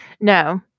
No